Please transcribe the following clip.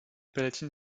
palatine